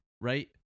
right